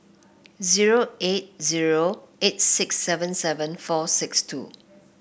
zero eight zero eight six seven seven four six two